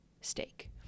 steak